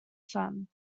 son